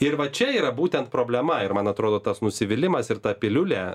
ir va čia yra būtent problema ir man atrodo tas nusivylimas ir ta piliulė